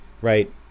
right